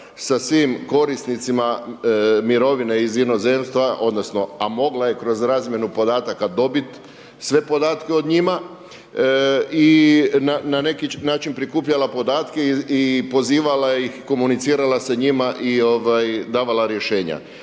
sa svim korisnicima mirovine iz inozemstva, odnosno a mogla je kroz razmjenu podataka dobit sve podatke o njima i na neki način prikupljala podatke i pozivala ih, komunicirala sa njima i davala rješenja.